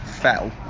Fell